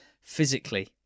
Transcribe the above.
physically